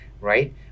right